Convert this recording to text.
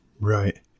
Right